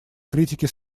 критики